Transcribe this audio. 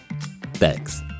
Thanks